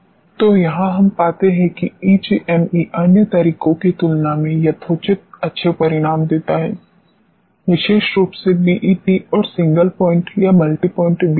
तो यहां हम पाते हैं कि ईजीएमई अन्य तरीकों की तुलना में यथोचित अच्छे परिणाम देता है विशेष रूप से बीईटी और सिंगल पॉइंट या मल्टी पॉइंट बीईटी